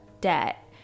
debt